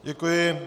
Děkuji.